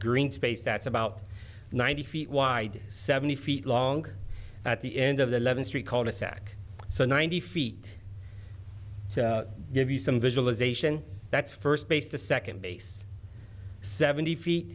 green space that's about ninety feet wide seventy feet long at the end of the eleventh street called a stack so ninety feet to give you some visualization that's first base the second base seventy feet